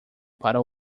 para